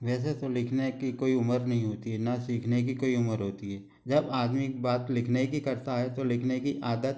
वैसे तो लिखने की कोई उमर नहीं होती है न सीखने की कोई उमर होती है जब आदमी बात लिखने की करता है तो लिखने की आदत